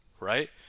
Right